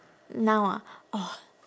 now ah oh